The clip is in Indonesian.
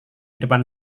depan